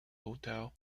hotel